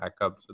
backups